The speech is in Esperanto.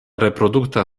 reprodukta